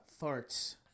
farts